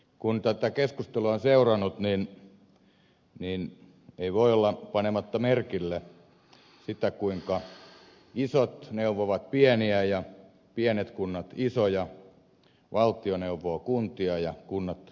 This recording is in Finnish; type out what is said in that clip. kun tätä keskustelua on seurannut niin ei voi olla panematta merkille sitä kuinka isot kunnat neuvovat pieniä ja pienet kunnat isoja valtio neuvoo kuntia ja kunnat neuvovat valtiota